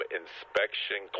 inspection